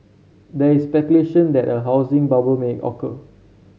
there is speculation that a housing bubble may occur